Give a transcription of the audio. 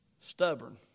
Stubborn